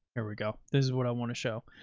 here we go. this is what i want to show.